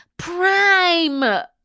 Prime